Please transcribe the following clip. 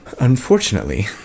unfortunately